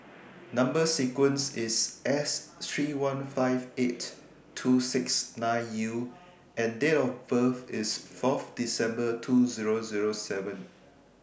Number sequence IS S three one five eight two six nine U and Date of birth IS Fourth December two Zero Zero seven